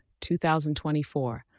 2024